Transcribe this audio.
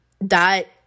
that-